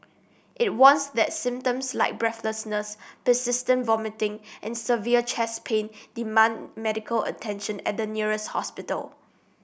it warns that symptoms like breathlessness persistent vomiting and severe chest pain demand medical attention at the nearest hospital